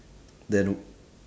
then